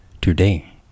today